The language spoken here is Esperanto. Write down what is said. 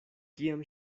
kiam